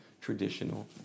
traditional